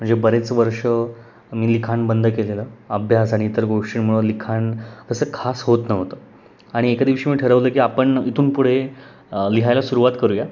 म्हणजे बरेच वर्षं मी लिखाण बंद केलेलं अभ्यास आणि इतर गोष्टींमुळं लिखाण तसं खास होत नव्हतं आणि एके दिवशी मी ठरवलं की आपण इथून पुढे लिहायला सुरुवात करूया